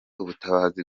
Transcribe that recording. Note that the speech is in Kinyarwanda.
ubutabazi